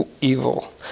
evil